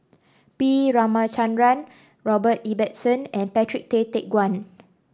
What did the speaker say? B Ramachandran Robert Ibbetson and Patrick Tay Teck Guan